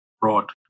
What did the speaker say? broad